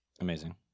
Amazing